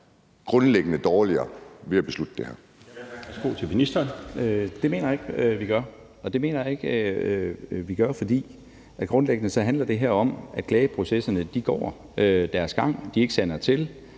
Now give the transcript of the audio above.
grundlæggende dårligere ved at beslutte det her.